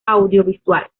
audiovisual